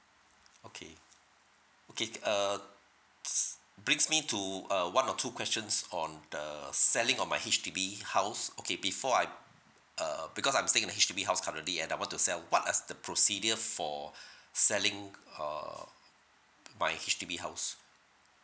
okay okay c~ uh s~ brings me to err one or two questions on the selling of my H_D_B house okay before I uh because I'm staying in a H_D_B house currently and I want to sell what are s~ the procedure for selling uh my H_D_B house